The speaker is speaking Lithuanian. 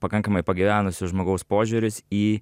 pakankamai pagyvenusio žmogaus požiūris į